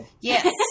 yes